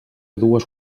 dues